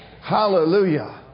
Hallelujah